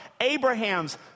abraham's